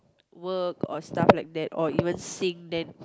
work or stuff like that or even sing then